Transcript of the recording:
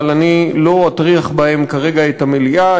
אבל אני לא אטריח בהם כרגע את המליאה,